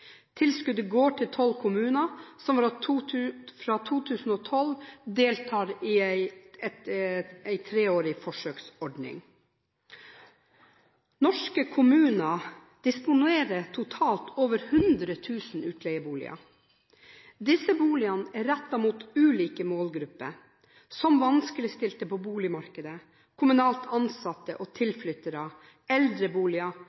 Tilskuddet går til tolv kommuner, som fra 2012 har deltatt i en treårig forsøksordning. Norske kommuner disponerer totalt over 100 000 utleieboliger. Disse boligene er rettet mot ulike målgrupper, som vanskeligstilte på boligmarkedet, kommunalt ansatte og